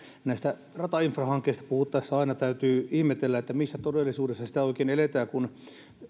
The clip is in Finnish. näistä ratainfrahankkeista puhuttaessa aina täytyy ihmetellä missä todellisuudessa sitä oikein eletään kun